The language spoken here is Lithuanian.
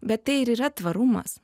bet tai ir yra tvarumas